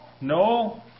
No